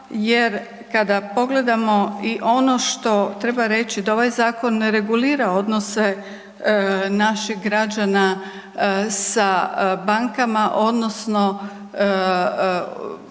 jer kada pogledamo i ono što treba reći da ovaj zakon ne regulira odnose naših građana sa bankama, odnosno